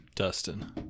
Dustin